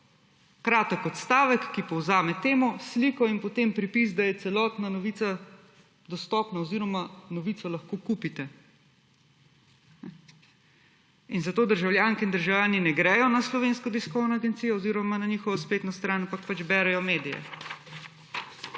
kratek odstavek, ki povzame temo, sliko in potem pripis, da je celotna novica dostopna oziroma novico lahko kupite. In zato državljanke in državljani ne gredo na Slovensko tiskovno agencijo oziroma na njihovo spletno stran, ampak pač berejo medije.